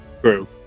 True